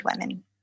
women